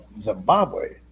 Zimbabwe